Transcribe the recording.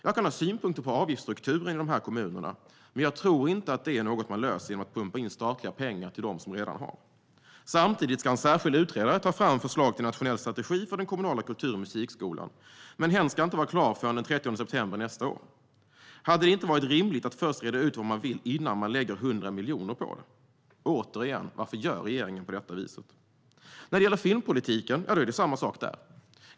Jag kan ha synpunkter på avgiftsstrukturen i de här kommunerna, men jag tror inte att det är något man löser genom att pumpa in statliga pengar till dem som redan har. Samtidigt ska en särskild utredare ta fram förslag till nationell strategi för den kommunala kultur och musikskolan, men hen ska inte vara klar förrän den 30 september nästa år. Hade det inte varit rimligt att först reda ut vad man vill innan man lägger 100 miljoner på det? Återigen: Varför gör regeringen på detta viset? När det gäller filmpolitiken är det samma sak.